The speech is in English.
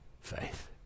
faith